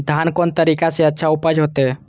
धान कोन तरीका से अच्छा उपज होते?